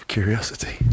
Curiosity